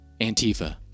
Antifa